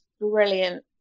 brilliant